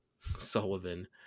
Sullivan